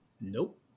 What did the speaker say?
nope